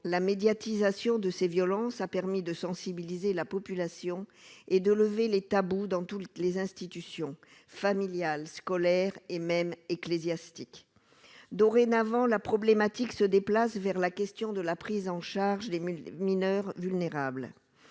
la médiatisation de ces violences, a permis de sensibiliser la population et de lever les tabous dans toutes les institutions familiales scolaire et même ecclésiastique dorénavant la problématique se déplace vers la question de la prise en charge des mineurs vulnérables,